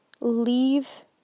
leave